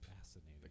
Fascinating